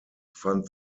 fand